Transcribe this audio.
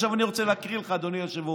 עכשיו, אני רוצה להקריא לך, אדוני היושב-ראש: